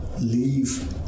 leave